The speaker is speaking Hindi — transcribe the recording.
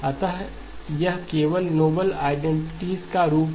अतः यह केवल नोबेल आईडेंटिटीज का रूप है